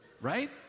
right